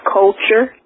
culture